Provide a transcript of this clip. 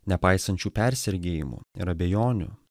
nepaisant šių persergėjimų ir abejonių